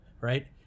right